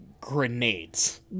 grenades